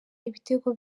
ibitego